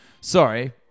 Sorry